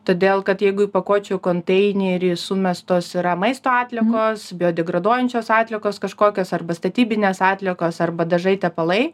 todėl kad jeigu į pakuočių konteinerį sumestos yra maisto atliekos biodegraduojančios atliekos kažkokios arba statybinės atliekos arba dažai tepalai